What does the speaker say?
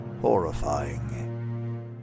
horrifying